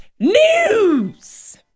News